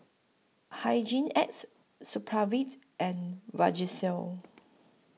Hygin X Supravit and Vagisil